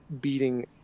beating